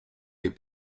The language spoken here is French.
des